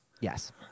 Yes